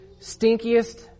stinkiest